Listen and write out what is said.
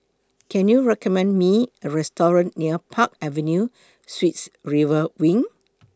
Can YOU recommend Me A Restaurant near Park Avenue Suites River Wing